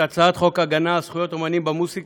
אנחנו עוברים להצעת החוק הגנה על זכויות אמנים במוזיקה,